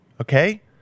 okay